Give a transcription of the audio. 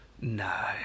No